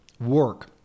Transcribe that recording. work